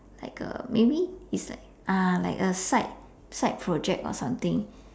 like a maybe is like ah like a side side project or something